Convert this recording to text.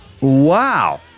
Wow